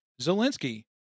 Zelensky